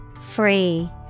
Free